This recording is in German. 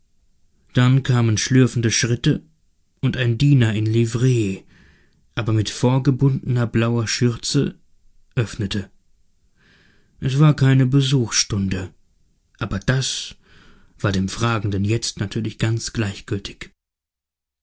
dann kamen schlürfende schritte und ein diener in livree aber mit vorgebundener blauer schürze öffnete es war keine besuchsstunde aber das war dem fragenden jetzt natürlich ganz gleichgültig